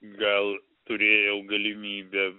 gal turėjau galimybę